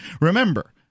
Remember